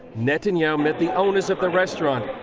met and yeah ah met the owners of the restaurant.